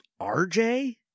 RJ